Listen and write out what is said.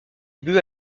but